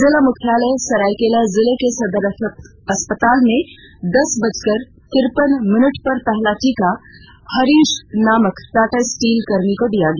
जिला मुख्यालय सराय जिला के सदर अस्पताल में दस बजकर तिरपन मिनट पर पहला टीका हरीश नामक टाटा स्टील कर्मी को दिया गया